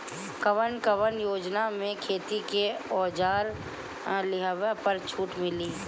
कवन कवन योजना मै खेती के औजार लिहले पर छुट मिली?